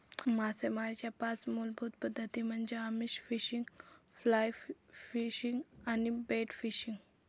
मासेमारीच्या पाच मूलभूत पद्धती म्हणजे आमिष फिशिंग, फ्लाय फिशिंग आणि बेट फिशिंग